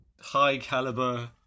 high-caliber